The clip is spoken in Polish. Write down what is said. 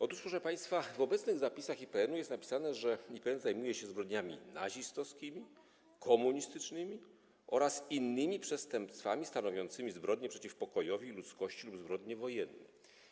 Otóż, proszę państwa, w obecnych zapisach IPN jest napisane, że IPN zajmuje się zbrodniami nazistowskimi, komunistycznymi oraz innymi przestępstwami stanowiącymi zbrodnie przeciw pokojowi, ludzkości lub zbrodnie wojenne.